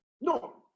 No